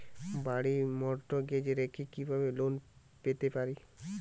বাড়ি মর্টগেজ রেখে কিভাবে লোন পেতে পারি?